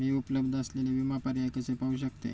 मी उपलब्ध असलेले विमा पर्याय कसे पाहू शकते?